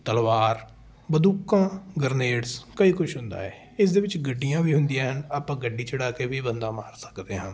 ਤਲਵਾਰ ਬੰਦੂਕਾਂ ਗਰਨੇਡਸ ਕਈ ਕੁਛ ਹੁੰਦਾ ਹੈ ਇਸ ਦੇ ਵਿੱਚ ਗੱਡੀਆਂ ਵੀ ਹੁੰਦੀਆਂ ਹਨ ਆਪਾਂ ਗੱਡੀ ਚੜਾ ਕੇ ਵੀ ਬੰਦਾ ਮਾਰ ਸਕਦੇ ਹਾਂ